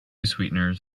sweeteners